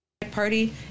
party